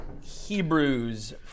Hebrews